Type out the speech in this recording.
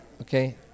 Okay